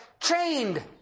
Chained